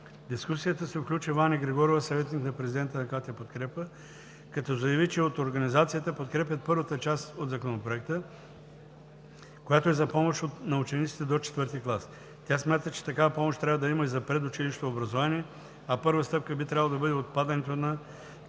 дискусията се включи Ваня Григорова – съветник на президента на КТ „Подкрепа“, която заяви, че от организацията подкрепят първата част от Законопроекта, която е за помощ на учениците до IV клас. Тя смята, че такава помощ трябва да има и за предучилищното образование, а първа стъпка би трябвало да бъде отпадането на